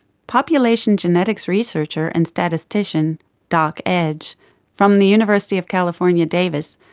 population genetics researcher and statistician doc edge from the university of california davis,